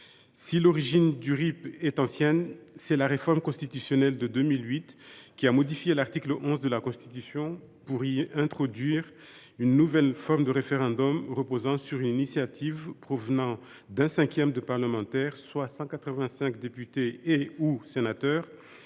Si l’origine du RIP est ancienne, c’est la réforme constitutionnelle de 2008 qui a modifié l’article 11 de la Constitution pour y introduire une nouvelle forme de référendum reposant sur une initiative provenant d’un cinquième au moins des parlementaires, soit 185 députés ou sénateurs,